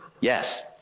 Yes